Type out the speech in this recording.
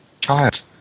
child